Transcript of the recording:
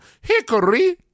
Hickory